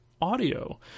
audio